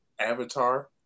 Avatar